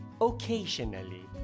occasionally